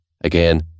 again